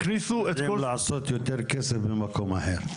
הם יודעים לעשות יותר כסף במקום אחר,